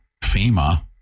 FEMA